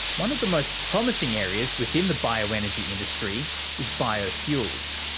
one of the most promising areas within the bioenergy industry is biofuels.